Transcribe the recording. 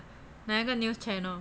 哪一个 news channel